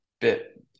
bit